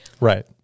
Right